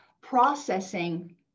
processing